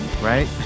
Right